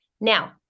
Now